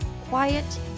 quiet